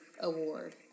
Award